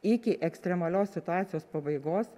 iki ekstremalios situacijos pabaigos